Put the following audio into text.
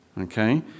okay